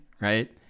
right